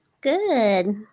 Good